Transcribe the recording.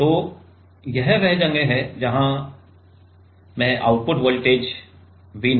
तो यह वह जगह है जहां मैं आउटपुट वोल्टेज V0 को माप रहा हूं